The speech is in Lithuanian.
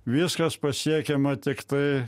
viskas pasiekiama tiktai